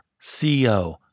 CEO